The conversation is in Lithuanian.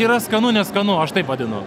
yra skanu neskanu aš taip vadinu